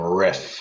riff